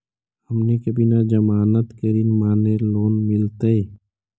हमनी के बिना जमानत के ऋण माने लोन मिलतई?